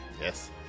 Yes